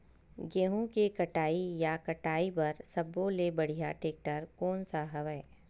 गेहूं के कटाई या कटाई बर सब्बो ले बढ़िया टेक्टर कोन सा हवय?